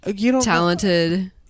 talented